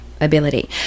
Ability